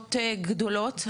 משמעויות גדולות,